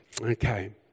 Okay